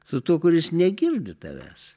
su tuo kuris negirdi tavęs